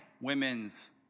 women's